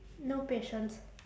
no patience